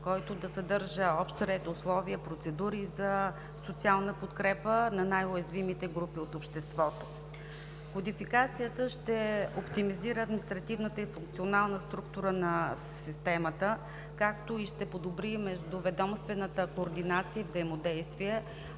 който да съдържа общ ред, условия, процедури за социална подкрепа на най-уязвимите групи от обществото. Кодификацията ще оптимизира административната и функционалната структура на системата, както и ще подобри междуведомствената координация и взаимодействие,